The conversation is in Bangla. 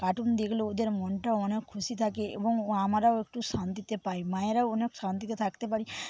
কার্টুন দেখলে ওদের মনটা অনেক খুশি থাকে এবং আমারাও একটু শান্তিতে পাই মায়েরাও অনেক শান্তিতে থাকতে পারে